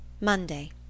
Monday